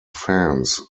fans